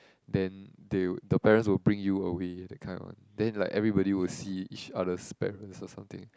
then they will the parents will bring you away that kind of then like everybody will see each other parents or something